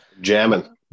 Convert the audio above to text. jamming